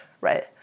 right